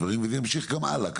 והם ימשיכו גם הלאה,